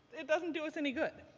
it doesn't do us any good.